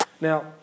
Now